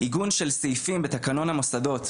עיגון של סעיפים בתקנון המוסדות,